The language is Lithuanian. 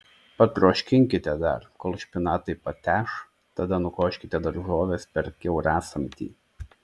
patroškinkite dar kol špinatai pateš tada nukoškite daržoves per kiaurasamtį